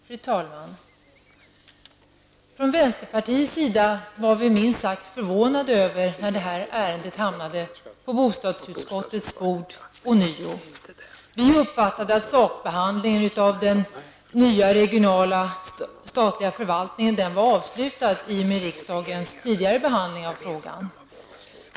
Fru talman! Från vänsterpartiets sida var vi minst sagt förvånade när det här ärendet ånyo hamnade på bostadsutskottets bord. Vi uppfattade att sakbehandlingen av den nya regionala statliga förvaltningen var avslutad i och med riksdagens tidigare behandling av frågan.